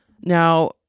Now